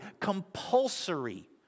compulsory